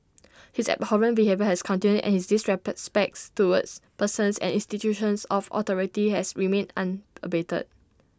his abhorrent behaviour has continued and his disrespects towards persons and institutions of authority has remained unabated